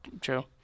true